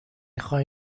خوای